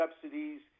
subsidies